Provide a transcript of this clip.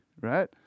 right